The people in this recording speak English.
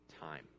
time